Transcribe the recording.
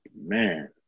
man